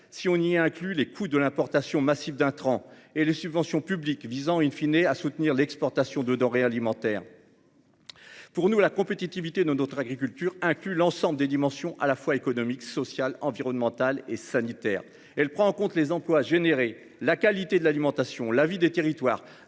Si on y inclut les coûts de l'importation massive d'intrants et les subventions publiques visant une fine et à soutenir l'exportation de denrées alimentaires. Pour nous la compétitivité de notre agriculture inclut l'ensemble des dimensions à la fois économique, social, environnemental et sanitaire. Elle prend en compte les emplois générés. La qualité de l'alimentation l'avis des territoires,